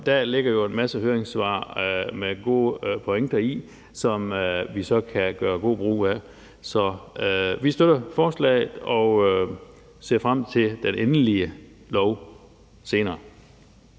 Der ligger jo en masse høringssvar med gode pointer i, som vi så kan gøre god brug af. Så vi støtter forslaget og ser frem til den endelige lov senere.